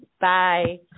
Bye